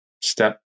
step